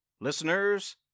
listeners